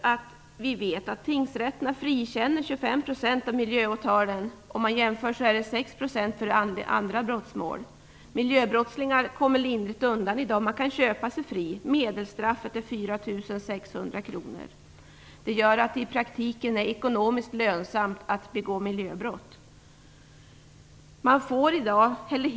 Miljöbrottslingar kommer lindrigt undan i dag. Man kan köpa sig fri. Medelstraffet är 4 600 kr i böter. Det gör att det i praktiken är ekonomiskt lönsamt att begå miljöbrott.